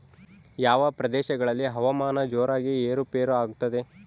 ಯಾವ ಪ್ರದೇಶಗಳಲ್ಲಿ ಹವಾಮಾನ ಜೋರಾಗಿ ಏರು ಪೇರು ಆಗ್ತದೆ?